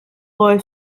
wohl